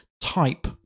type